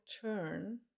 turn